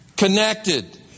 connected